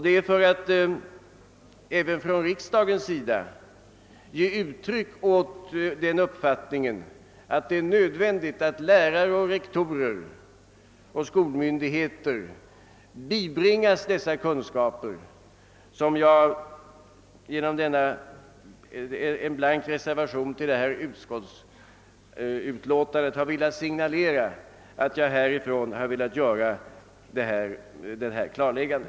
Det är för att också riksdagen skall ge uttryck åt uppfattningen att lärare, rektorer och skolmyndigheter måste bibringas dessa kunskaper som jag fogat en blank reservation till förevarande utskottsutlåtande. Jag har därmed velat signalera att jag från denna plats önskat gör ett klarläggande.